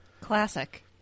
Classic